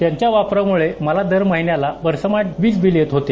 त्यांच्या वापरामुळे मला दर महिन्याला भरमसाठ वीज बील येत होते